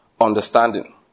understanding